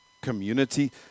community